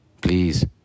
Please